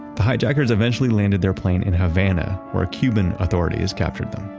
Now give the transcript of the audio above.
the hijackers eventually landed their plane in havana where cuban authorities captured them.